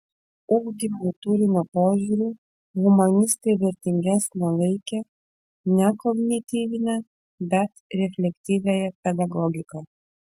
ugdymo turinio požiūriu humanistai vertingesne laikė ne kognityvinę bet reflektyviąją pedagogiką